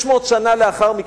600 שנה לאחר מכן,